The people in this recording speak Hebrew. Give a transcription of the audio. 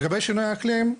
לגבי שינוי האקלים,